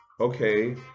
Okay